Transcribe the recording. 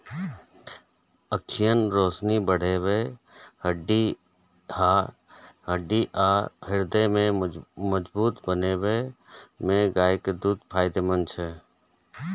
आंखिक रोशनी बढ़बै, हड्डी आ हृदय के मजगूत बनबै मे गायक दूध फायदेमंद छै